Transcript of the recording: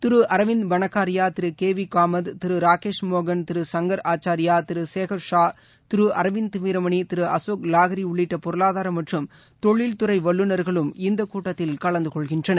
திரு Arvind Panagariya Thiru K V Kamath Thiru Rakesh மோகன் திரு சங்கர் ஆச்சார்யா திரு சேகர் வீர்மணி ஷா திரு அர்விந்த் திரு அசோக் லாஹ்ரி உள்ளிட்ட பொருளாதார மற்றும் தொழில்துறை வல்லுநர்களும் இந்தக் கூட்டத்தில் கலந்து கொள்கின்றனர்